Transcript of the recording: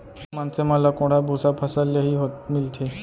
मनसे मन ल कोंढ़ा भूसा फसल ले ही मिलथे